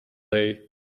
day